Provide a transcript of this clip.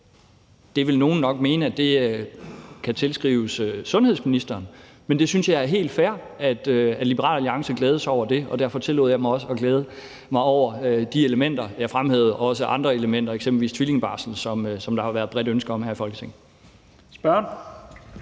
Det vil nogle nok mene kan tilskrives sundhedsministeren, men jeg synes, det er helt fair, at Liberal Alliance glædede sig over det. Derfor tillod jeg mig også at glæde mig over de elementer, jeg fremhævede, og også andre elementer, eksempelvis tvillingebarsel, som der har været et bredt ønske om her i Folketinget. Kl.